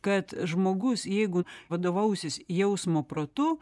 kad žmogus jeigu vadovausis jausmo protu